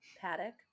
paddock